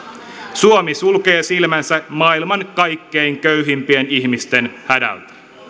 suomi sulkee silmänsä maailman kaikkein köyhimpien ihmisten hädältä